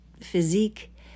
physique